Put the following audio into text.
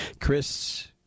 Chris